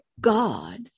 God